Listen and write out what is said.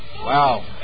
Wow